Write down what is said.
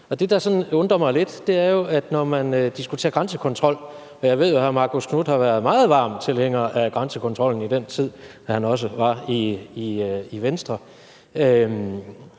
det, der sådan undrer mig lidt, er, at når man diskuterer grænsekontrol – og jeg ved jo, at hr. Marcus Knuth har været meget varm tilhænger af grænsekontrollen i den tid, han også var i Venstre